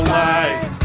light